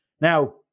Now